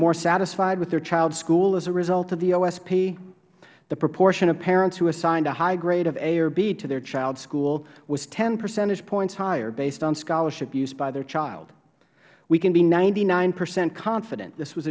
more satisfied with their child's school as a result of the osp the proportion of parents who assigned a high grade of a or b to their child's school was ten percentage points higher based on scholarship use by their child we can be ninety nine percent confident this was